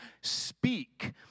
speak